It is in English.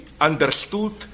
understood